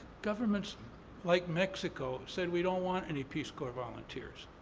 governments like mexico said, we don't want any peace corps volunteers.